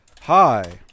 Hi